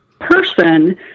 person